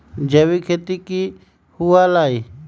जैविक खेती की हुआ लाई?